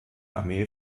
armee